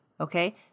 okay